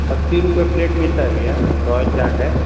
अस्सी रुपये प्लेट मिलता हे भैया रोयल चाट है